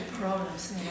problems